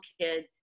kid